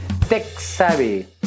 tech-savvy